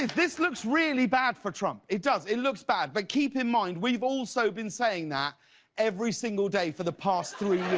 this looks really bad for trump. it does. it looks bad but keep in mind we've also been saying that every single day for the past three years.